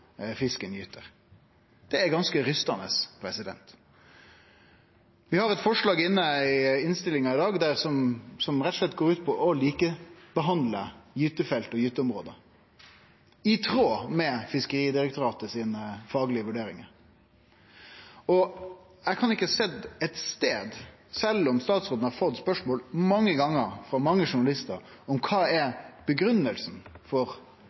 fisken gyter. Det er ganske oppskakande. Vi har eit forslag i innstillinga i dag som rett og slett går ut på å likebehandle gytefelt og gyteområde, i tråd med dei faglege vurderingane til Fiskeridirektoratet. Eg kan ikkje sjå éin stad – sjølv om statsråden har fått spørsmål mange gonger frå mange journalistar – kva som er grunngivinga for